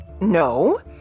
No